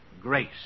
grace